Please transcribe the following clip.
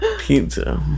Pizza